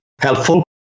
helpful